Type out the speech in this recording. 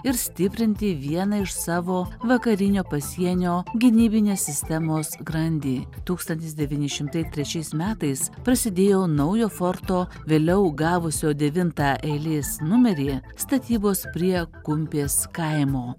ir stiprinti vieną iš savo vakarinio pasienio gynybinės sistemos grandį tūkstantis devyni šimtai trečiais metais prasidėjo naujo forto vėliau gavusio devintą eilės numerį statybos prie kumpės kaimo